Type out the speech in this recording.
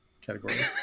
category